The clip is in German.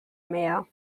mehr